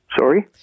Sorry